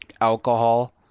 alcohol